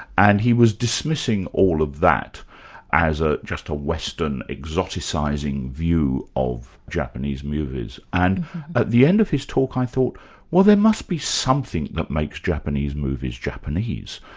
and he was dismissing all of that as ah just a western exoticising view of japanese movies, and at the end of his talk i thought well, there must be something that makes japanese movies japanese,